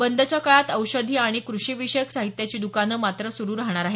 बंदच्या काळात औषधी आणि कृषीविषयक साहित्याची द्वकानं मात्र सुरू राहणार आहेत